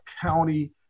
county